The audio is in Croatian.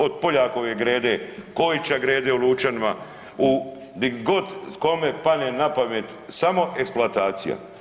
Od Poljakove grede, Kojića grede u Lučanima, u di god kome pane na pamet, samo eksploatacija.